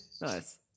Nice